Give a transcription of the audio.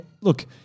look